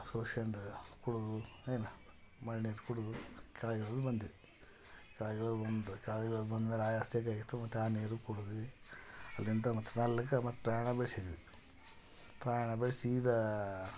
ಸೋಸ್ಕಂಡು ಕುಡಿದು ಏನು ಮಳೆ ನೀರು ಕುಡಿದು ಕೆಳಗೆ ಇಳ್ದು ಬಂದಿವಿ ಕೆಳಗೆ ಇಳ್ದು ಬಂದು ಕೆಳಗೆ ಇಳ್ದು ಬಂದ್ಮೇಲೆ ಆಯಾಸ ಮತ್ತೆ ಆ ನೀರು ಕುಡಿದ್ವಿ ಅಲ್ಲಿಂದ ಮತ್ತೆ ಮೆಲ್ಲಕೆ ಮತ್ತೆ ಪ್ರಯಾಣ ಬೆಳೆಸಿದ್ವಿ ಪ್ರಯಾಣ ಬೆಳ್ಸಿ ಸೀದ